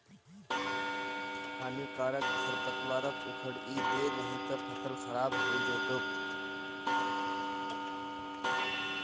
हानिकारक खरपतवारक उखड़इ दे नही त फसल खराब हइ जै तोक